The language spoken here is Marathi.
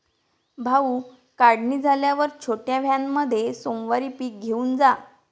भाऊ, काढणी झाल्यावर छोट्या व्हॅनमध्ये सोमवारी पीक घेऊन जा